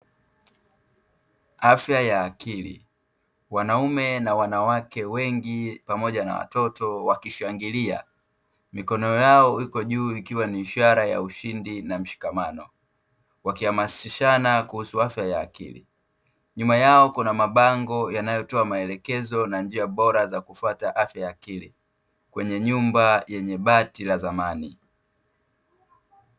Afya ya akili, wanaume na wanawake wengi, pamoja na watoto wakishangilia, mikono yao iko juu ikiwa ni ishara ya ushindi na mshikamano. Wakihamasishana kuhusu afya ya akili. Nyuma yao kuna mabango yanayotoa maelekezo na njia bora za kufuata afya ya akili, kwenye nyumba yenye bati la zamani.